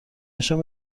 نشان